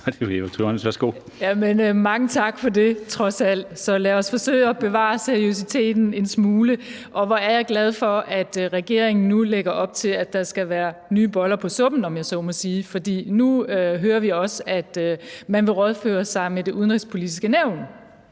Kl. 13:33 Ulla Tørnæs (V): Jamen mange tak for det, trods alt. Så lad os forsøge at bevare seriøsiteten en smule. Hvor er jeg glad for, at regeringen nu lægger op til, at der skal være nye boller på suppen, om jeg så må sige. For nu hører vi også, at man vil rådføre sig med Det Udenrigspolitiske Nævn.